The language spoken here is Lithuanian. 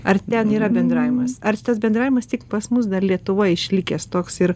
ar ten yra bendravimas ar tas bendravimas tik pas mus dar lietuvoj išlikęs toks ir